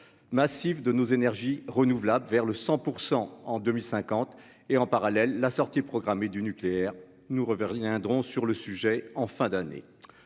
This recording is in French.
massif de nos énergies renouvelables vers le 100 pour 100 en 2050 et en parallèle la sortie programmée du nucléaire nous revers Liens Dron sur le sujet en fin d'année,